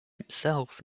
himself